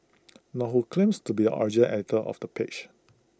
nor who claims to be original editor of the page